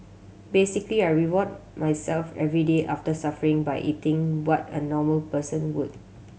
basically I reward myself every day after suffering by eating what a normal person would